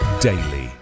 daily